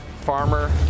Farmer